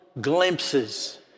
glimpses